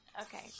Okay